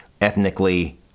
ethnically